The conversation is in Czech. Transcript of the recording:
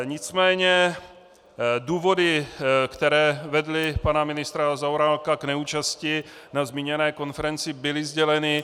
Nicméně důvody, které vedly pana ministra Zaorálka k neúčasti na zmíněné konferenci, byly sděleny.